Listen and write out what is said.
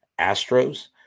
Astros